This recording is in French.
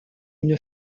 une